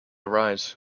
arise